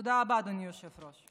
תודה רבה, אדוני היושב-ראש.